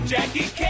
Jackie